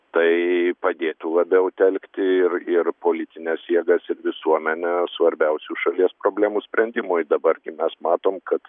tai padėtų labiau telkti ir ir politines jėgas ir visuomenę svarbiausių šalies problemų sprendimui dabar gi mes matom kad